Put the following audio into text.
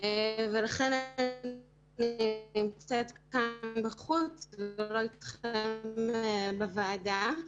לכן אני נמצאת בחוץ ולא יחד אתכם בוועדה.